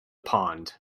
pond